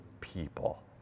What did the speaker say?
people